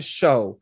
show